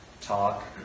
talk